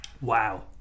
wow